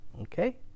okay